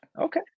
Okay